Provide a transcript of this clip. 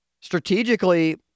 strategically